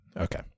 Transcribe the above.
Okay